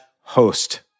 host